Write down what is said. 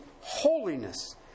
holiness